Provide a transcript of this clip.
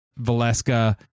Valeska